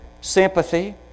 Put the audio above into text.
sympathy